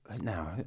now